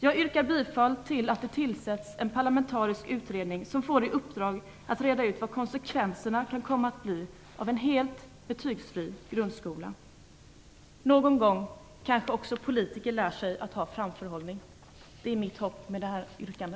Jag yrkar att det tillsätts en parlamentarisk utredning som får i uppdrag att reda ut vilka konsekvenserna kan komma att bli av en helt betygsfri grundskola. Någon gång kanske också politiker lär sig att ha framförhållning. Det är mitt hopp med detta yrkande.